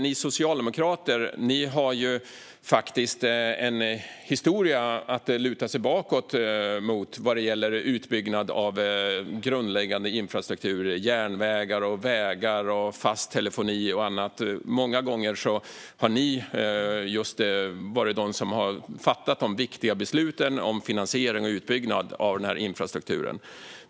Ni socialdemokrater har en historia att luta er bakåt mot vad gäller utbyggnad av grundläggande infrastruktur: järnvägar, vägar, fast telefoni och annat. Många gånger har det varit ni som fattat de viktiga besluten om finansiering och utbyggnad av den här infrastrukturen.